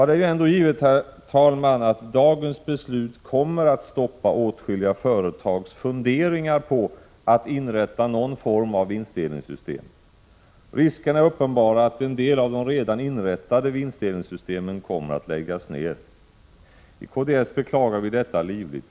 Det är ju ändå givet, herr talman, att dagens beslut kommer att stoppa åtskilliga företags funderingar på att inrätta någon form av vinstdelningssystem. Riskerna är uppenbara att en del av de redan inrättade vinstdelningssystemen kommer att läggas ner. I kds beklagar vi detta livligt.